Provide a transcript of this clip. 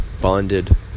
bonded